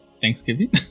Thanksgiving